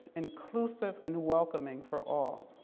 inclusive and welcoming for all.